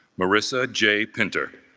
marisa j. pinter